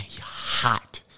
hot